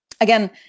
Again